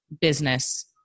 business